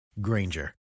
Granger